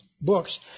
books